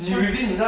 除非你